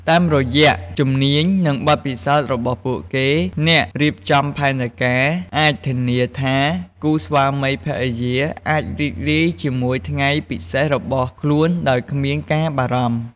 តាមរយៈជំនាញ និងបទពិសោធន៍របស់ពួកគេ អ្នករៀបចំផែនការអាចធានាថាគូស្វាមីភរិយាអាចរីករាយជាមួយថ្ងៃពិសេសរបស់ខ្លួនដោយគ្មានការបារម្ភ។